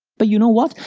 but you know what?